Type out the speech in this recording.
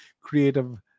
creative